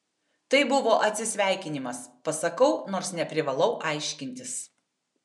tai buvo atsisveikinimas pasakau nors neprivalau aiškintis